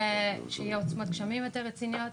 שיהיה עוצמת גשמים יותר רצינית.